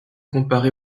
comparer